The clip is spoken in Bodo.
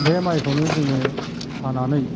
बे माइखौनो जोङो हानानै